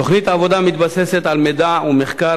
תוכנית העבודה מתבססת על מידע ומחקר